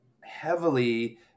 heavily